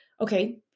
okay